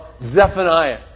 Zephaniah